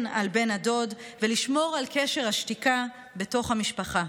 על בן הדוד ולשמור על קשר השתיקה בתוך המשפחה.